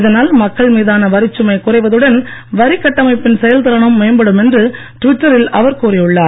இதனால் மக்கள் மீதான வரிச்சுமை குறைவதுடன் வரிக் கட்டமைப்பின் செயல்திறனும் மேம்படும் என்று ட்விட்டரில் அவர் கூறியுள்ளார்